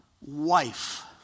wife